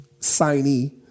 signee